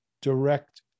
direct